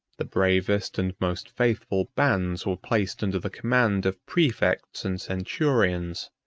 the bravest and most faithful bands were placed under the command of praefects and centurions,